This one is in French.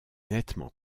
nettement